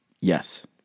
Yes